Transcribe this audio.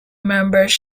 members